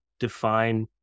define